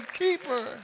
keeper